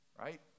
Right